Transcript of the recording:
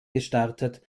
gestartet